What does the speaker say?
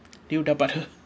do you dapat her